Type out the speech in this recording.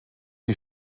die